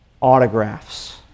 autographs